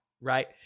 right